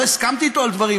לא הסכמתי איתו על דברים,